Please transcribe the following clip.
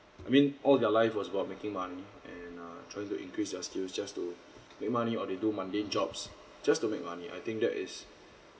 I mean all their life was about making money and uh trying to increase their skills just to make money or they do mundane jobs just to make money I think that is